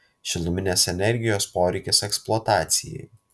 šiluminės energijos poreikis eksploatacijai